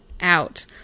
out